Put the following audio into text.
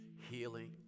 healing